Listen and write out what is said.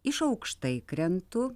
iš aukštai krentu